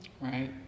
Right